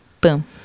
Boom